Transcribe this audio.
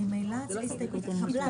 ממילא ההסתייגות התקבלה.